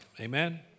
Amen